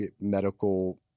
medical